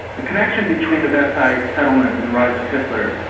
the connection between the versailles settlement and the rise of hitler,